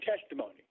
testimony